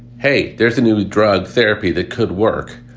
hey, there's a new drug therapy that could work,